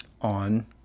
on